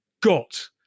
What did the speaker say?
got